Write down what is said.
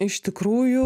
iš tikrųjų